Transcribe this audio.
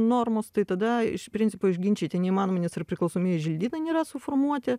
normos tai tada iš principo užginčyti neįmanoma nes ir priklausomieji želdynai nėra suformuoti